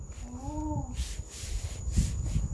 oh